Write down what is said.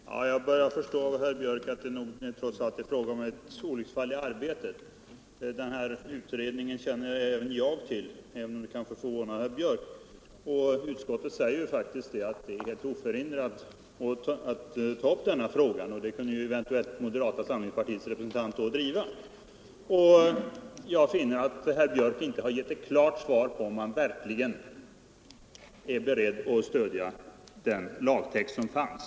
Herr talman! Jag börjar förstå att det nog trots allt är fråga om ett olycksfall i arbetet. Utredningen om översyn av riksdagens arbetsformer känner även jag till, även om det kanske förvånar herr Björck. Utskottet säger faktiskt att utredningen är helt oförhindrad att ta upp frågan, och den linjen kunde moderata samlingspartiets representant i utredningen då driva. Jag konsta terar att herr Björck inte har givit något klart svar på frågan om han är beredd att stödja den lagtext som fanns.